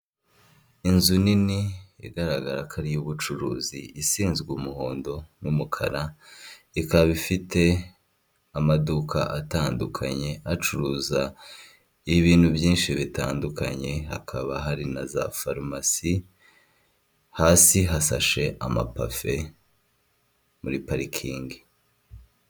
Inzu nini igaragara ko ari iy'ubucuruzi isizwe umuhondo n'umukara, ikaba ifite amaduka atandukanye acuruza ibintu byinshi bitandukanye, hakaba hari na za farumasi, hasi hasashe amapave muri parikingi.